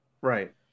Right